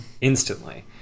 instantly